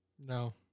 No